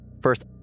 First